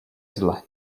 zle